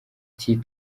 ati